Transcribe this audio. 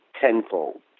tenfold